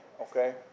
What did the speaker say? okay